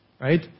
Right